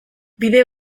bide